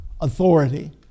authority